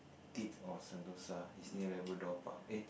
deep of Sentosa it's near Labrador Park eh